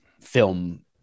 film